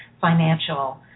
financial